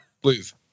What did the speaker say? Please